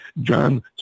John